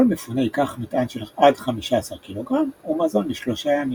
כל מפונה ייקח מטען של עד 15 ק"ג ומזון לשלושה ימים.